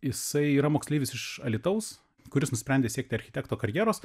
jisai yra moksleivis iš alytaus kuris nusprendė siekti architekto karjeros